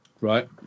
Right